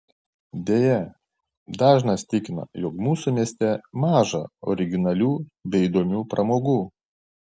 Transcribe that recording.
deja dažnas tikina jog mūsų mieste maža originalių bei įdomių pramogų